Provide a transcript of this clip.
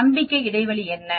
நம்பிக்கை இடைவெளி என்ன